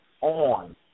on